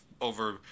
Over